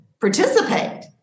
participate